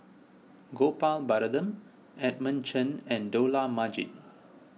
Gopal Baratham Edmund Chen and Dollah Majid